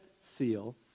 seal